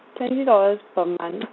twenty dollars per month